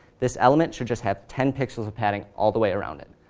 this element should just have ten pixels of padding all the way around it.